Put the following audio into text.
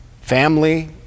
family